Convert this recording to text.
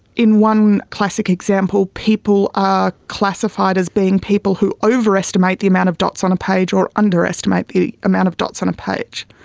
in one classic example people are classified as being people who overestimate the amount of dots on a page or underestimate the amount of dots on a page.